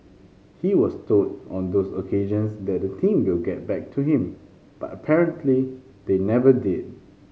he was told on those occasions that the team will get back to him but apparently they never did